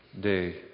day